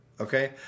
Okay